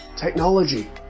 technology